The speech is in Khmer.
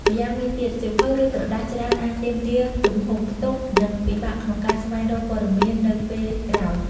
ម្យ៉ាងវិញទៀត សៀវភៅ ឬក្រដាសច្រើនអាច ទាមទារទំហំផ្ទុក និងពិបាកក្នុងការស្វែងរកព័ត៌មាននៅពេលក្រោយ។